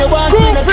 school